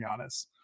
Giannis